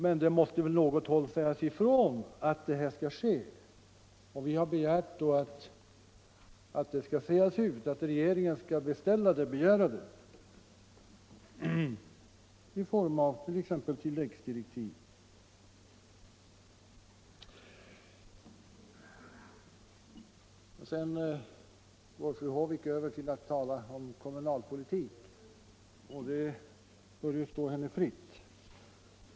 Men det måste från något håll sägas ifrån att det skall ske, och vi har alltså krävt att riksdagen skall säga ut att regeringen bör beställa en sådan undersökning t.ex. i form av tilläggsdirektiv. Sedan går fru Håvik över till att tala om kommunalpolitik, och det står ju henne fritt.